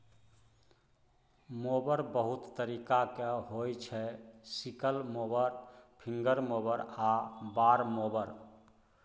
mower बहुत तरीकाक होइ छै सिकल मोबर, फिंगर मोबर आ बार मोबर